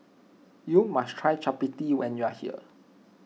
you must try Chappati when you are here